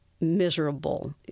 miserable